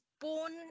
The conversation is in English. born